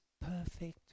perfect